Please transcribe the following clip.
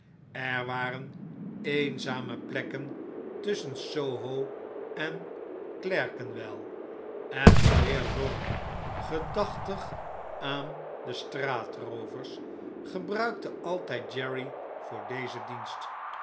er waren eenzame plekken tusschen s o h o en clerkenwell en de heer lorry gedachtig aan de straatroovers gebruikte altjjd jerry voor dezen dienst